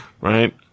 right